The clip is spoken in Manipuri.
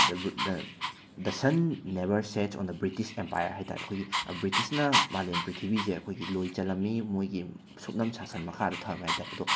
ꯗ ꯕꯔ the the sun never sets on the British empire ꯍꯥꯏꯇꯥꯔꯦ ꯑꯈꯣꯏꯒꯤ ꯕ꯭ꯔꯤꯇꯤꯁꯅ ꯃꯥꯂꯦꯝ ꯄ꯭ꯔꯤꯊꯤꯕꯤꯁꯦ ꯑꯩꯈꯣꯏꯒꯤ ꯂꯣꯏ ꯆꯜꯂꯝꯃꯤ ꯃꯣꯏꯒꯤ ꯁꯨꯞꯅꯝ ꯁꯥꯁꯟ ꯃꯈꯥꯗ ꯊꯝꯃꯦ ꯍꯥꯏ ꯇꯥꯏ ꯑꯗꯣ